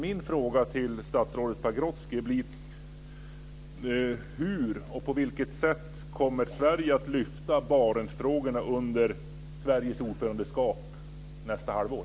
Min fråga till statsrådet Pagrotsky blir: Hur och på vilket sätt kommer Sverige att lyfta fram Barenstfrågorna under Sveriges ordförandeskap nästa halvår?